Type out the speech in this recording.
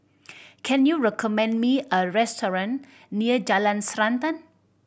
can you recommend me a restaurant near Jalan Srantan